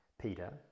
Peter